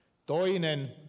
toinen